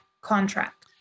contract